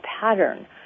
pattern